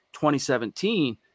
2017